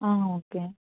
okay